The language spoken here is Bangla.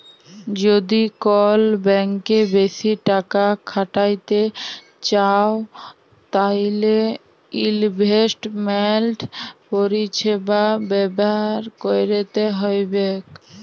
যদি কল ব্যাংকে বেশি টাকা খ্যাটাইতে চাউ তাইলে ইলভেস্টমেল্ট পরিছেবা ব্যাভার ক্যইরতে হ্যবেক